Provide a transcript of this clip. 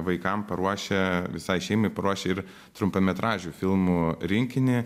vaikam paruošę visai šeimai paruošę ir trumpametražių filmų rinkinį